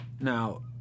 Now